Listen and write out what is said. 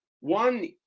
one